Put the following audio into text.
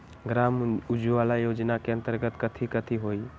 ग्राम उजाला योजना के अंतर्गत कथी कथी होई?